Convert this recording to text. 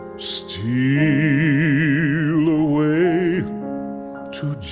steal away to